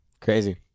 crazy